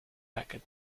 packet